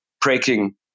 breaking